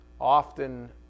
often